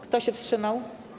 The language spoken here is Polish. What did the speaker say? Kto się wstrzymał?